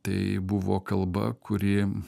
tai buvo kalba kuri